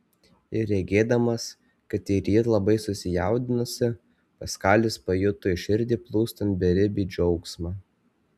ir regėdamas kad ir ji labai susijaudinusi paskalis pajuto į širdį plūstant beribį džiaugsmą